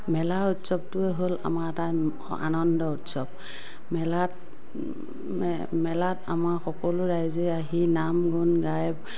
মেলা উৎসৱটোৱেই হ'ল আমাৰ এটা আনন্দ উৎসৱ মেলাত মে মেলাত আমাৰ সকলো ৰাইজে আহি নাম গুণ গাই